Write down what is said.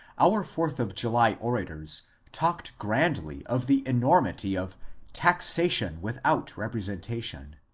our fourth-of-july orators talked grandly of the enormity of taxation without representation,